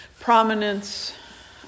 prominence